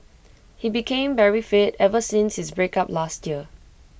he became very fit ever since his breakup last year